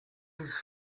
his